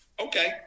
okay